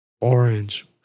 Orange